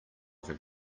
from